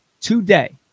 today